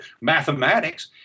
mathematics